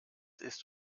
ist